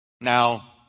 Now